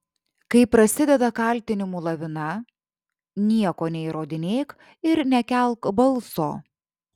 kai prasideda kaltinimų lavina nieko neįrodinėk ir nekelk balso